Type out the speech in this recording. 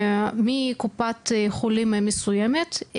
מקופת חולים מסוימת,